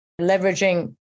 leveraging